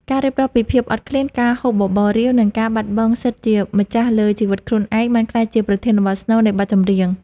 ការរៀបរាប់ពីភាពអត់ឃ្លាន ការហូបបបររាវ និងការបាត់បង់សិទ្ធិជាម្ចាស់លើជីវិតខ្លួនឯង បានក្លាយជាប្រធានបទស្នូលនៃបទចម្រៀង។